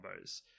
combos